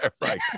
Right